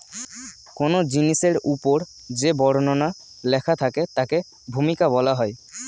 কোন জিনিসের উপর যে বর্ণনা লেখা থাকে তাকে ভূমিকা বলা হয়